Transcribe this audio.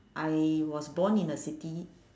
I was born in a city